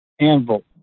anvil